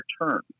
return